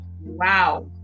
Wow